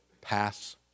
pass